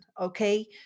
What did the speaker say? okay